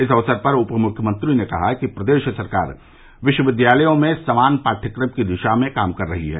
इस अवसर पर उप मुख्यमंत्री ने कहा कि प्रदेश सरकार विश्वविद्यालयों में समान पाठ्यक्रम की दिशा में कार्य कर रही है